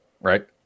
right